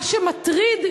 מה שמטריד,